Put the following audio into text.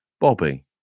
Bobby